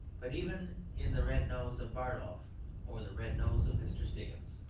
but even in the red nose of bardolph or the red nose of mr. stiggins.